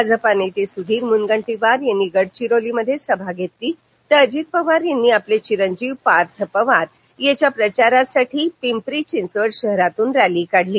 भाजपा नेते सुधीर मूनगंटीवार यांनी गडचिरोलीमध्ये सभा घेतली तर अजित पवार यांनी आपले चिरंजीव पार्थ पवार यांच्या प्रचारासाठी पिंपरी चिंचवड शहरातन रस्ती काढली